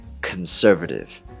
conservative